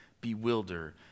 bewilder